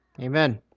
amen